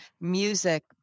music